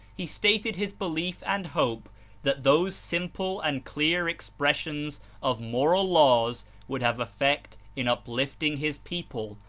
he stated his belief and hope that those simple and clear expressions of moral laws would have effect in uplifting his people,